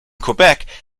quebec